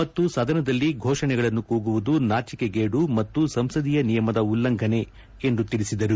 ಮತ್ತು ಸದನದಲ್ಲಿ ಘೋಷಣೆಗಳನ್ನು ಕೂಗುವುದು ನಾಚಿಕೆಗೇಡು ಮತ್ತು ಸಂಸದೀಯ ನಿಯಮದ ಉಲ್ಲಂಘನೆ ಎಂದು ತಿಳಿಸಿದರು